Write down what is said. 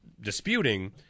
disputing